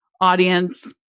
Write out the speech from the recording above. audience